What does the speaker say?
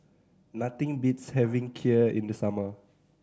nothing beats having Kheer in the summer